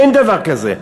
אין דבר כזה.